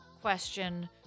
question